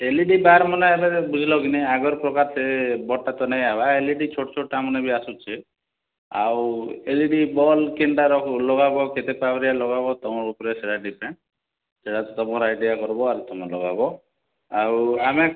L E D ବାର୍ମାନେ ଏବେ ଯେନ୍ ବୁଝିଲକେ ନେଇଁ ଆଗର୍ ପକାର୍ ସେ ବଡ଼୍ଟା ତ ନେଇଁ ଆଏବାର୍ ଏଲ୍ ଇ ଡ଼ି ଛୋଟ୍ ଛୋଟ୍ଟା ମାନକେ ଆସୁଛେ ଆଉ ଏଲ୍ ଇ ଡ଼ି ବଡ଼ କେନ୍ତା ଲଗାବ କେତେ ହିସାବରେ ତମେ ଲଗାବ ତମର୍ ଉପରେ ସେଟା ଡ଼ିପେଣ୍ଡ୍ କରୁଛେଁ ଆର୍ ତୁମେ ଲଗାବ ଆଉ ଆମେ